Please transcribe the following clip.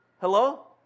Hello